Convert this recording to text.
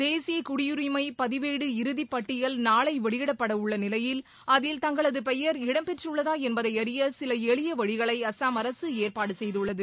தேசிய குடியுரிமை பதிவேடு இறுதிப்பட்டியல் நாளை வெளியிடப்பட உள்ள நிலையில் அதில் தங்களது பெயர் இடம் பெற்றுள்ளதா என்பதை அறிய சில எளிய வழிகளை அசாம் அரசு ஏற்பாடு செய்துள்ளது